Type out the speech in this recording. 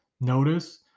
notice